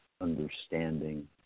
understanding